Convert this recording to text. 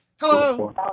Hello